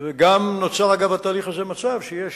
וגם נוצר אגב התהליך הזה מצב שיש